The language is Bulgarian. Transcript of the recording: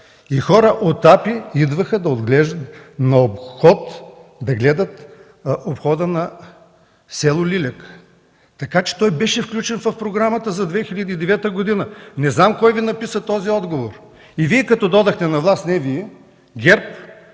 Хора от АПИ идваха да гледат обхода на с. Лиляк. Така че той беше включен в програмата за 2009 г. Не знам кой Ви написа този отговор. И Вие като дойдохте на власт – не Вие, а